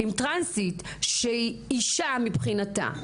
האם טרנסית, שהיא אישה מבחינתה,